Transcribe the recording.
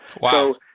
Wow